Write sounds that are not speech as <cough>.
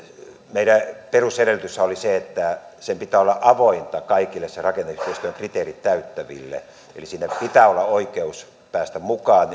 meidän perusedellytyshän oli se että sen pitää olla avointa kaikille rakenneyhteistyön kriteerit täyttäville eli siinä pitää olla oikeus päästä mukaan <unintelligible>